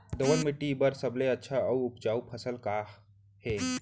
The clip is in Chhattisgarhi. दोमट माटी बर सबले अच्छा अऊ उपजाऊ फसल का हे?